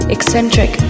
Eccentric